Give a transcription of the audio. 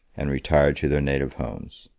and retired to their native homes.